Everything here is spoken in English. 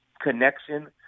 connection